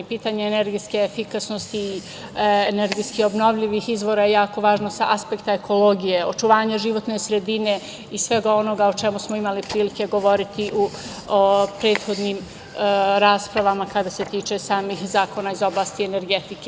Pitanje energetske efikasnosti i energetski obnovljivih izvora je jako važno sa aspekta ekologije, očuvanja životne sredine i svega onoga o čemu smo imali prilike govoriti u prethodnim raspravama, što se tiče samih zakona iz oblasti energetike.